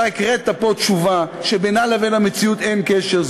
אתה הקראת פה תשובה שבינה לבין המציאות אין קשר.